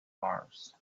mars